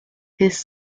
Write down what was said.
his